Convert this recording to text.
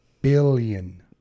billion